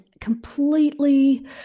completely